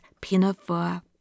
Pinafore